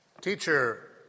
Teacher